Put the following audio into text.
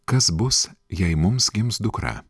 kas bus jei mums gims dukra